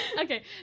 Okay